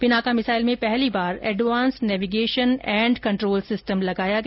Pinaka missile में पहली बार advance navigation and control system लगाया गया